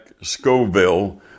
Scoville